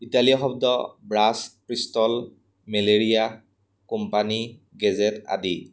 Italy শব্দ brush pistol malaria company gazette আদি